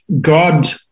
God